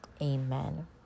amen